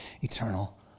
eternal